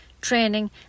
training